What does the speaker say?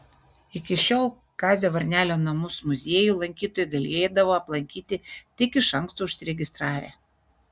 iki šiol kazio varnelio namus muziejų lankytojai galėdavo aplankyti tik iš anksto užsiregistravę